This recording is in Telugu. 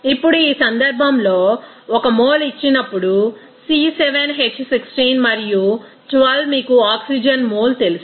ఇప్పుడు ఈ సందర్భంలోయొక్క 1 మోల్ ఇచ్చినప్పుడు C7H16 మరియు 12 మీకు ఆక్సిజన్ మోల్ తెలుసు